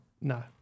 No